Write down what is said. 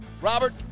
Robert